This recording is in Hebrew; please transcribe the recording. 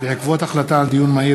בעקבות דיון מהיר